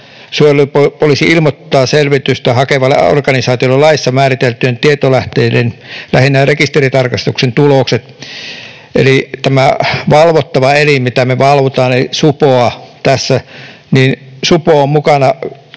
Suojelupoliisi ilmoittaa selvitystä hakevalle organisaatiolle laissa määriteltyjen tietolähteiden, lähinnä rekisteritarkastuksen, tulokset. Eli tämä valvottava elin, mitä me valvomme, eli supo on tässä sitten mukana